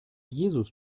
jesus